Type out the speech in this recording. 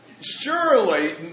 surely